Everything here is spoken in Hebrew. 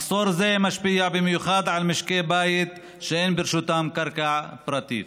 מחסור זה משפיע במיוחד על משקי בית שאין ברשותם קרקע פרטית.